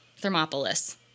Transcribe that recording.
Thermopolis